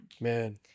Man